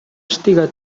estiga